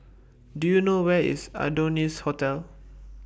Do YOU know Where IS Adonis Hotel